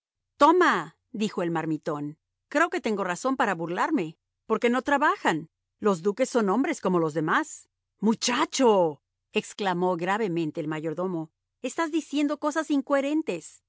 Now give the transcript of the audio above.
toma dijo el marmitón creo que tengo razón para burlarme por qué no trabajan los duques son hombres como los demás muchacho exclamó gravemente el mayordomo estás diciendo cosas incoherentes